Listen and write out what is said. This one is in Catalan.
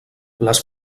les